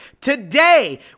today